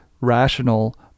rational